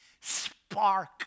spark